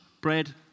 bread